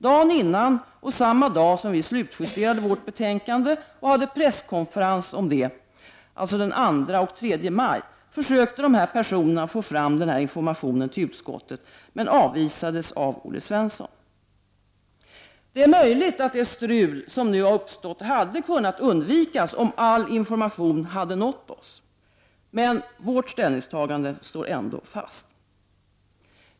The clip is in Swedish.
Dagen innan och samma dag som vi slutjusterade betänkandet och hade presskonferens om det, den 2 och den 3 maj, försökte dessa personer få fram denna information till utskottet men avvisades av Olle Svensson. Det är möjligt att det strul som nu uppstått hade kunnat undvikas om all information hade nått oss. Men vårt ställningstagande står ändå fast.